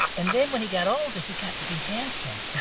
and then when he got older, he got to be handsome.